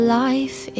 life